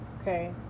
okay